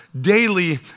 daily